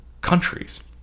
countries